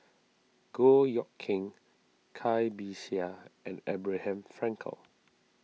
Goh Eck Kheng Cai Bixia and Abraham Frankel